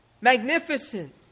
Magnificent